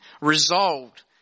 resolved